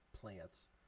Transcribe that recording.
plants